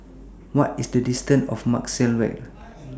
What IS The distance to Maxwell LINK